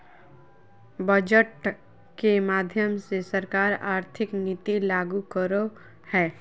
budget के माध्यम से सरकार आर्थिक नीति लागू करो हय